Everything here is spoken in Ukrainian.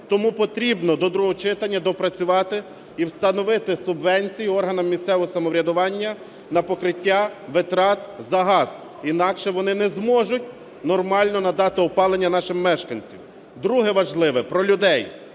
Тому потрібно до другого читання доопрацювати і встановити субвенцію органам місцевого самоврядування на покриття витрат за газ, інакше вони не зможуть нормально надати опалення нашим мешканцям. Друге важливе, про людей